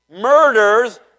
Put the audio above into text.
murders